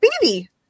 Baby